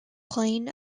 plain